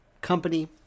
company